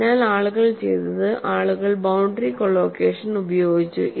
അതിനാൽ ആളുകൾ ചെയ്തത് ആളുകൾ ബൌണ്ടറി കോലോക്കഷൻ ഉപയോഗിച്ചു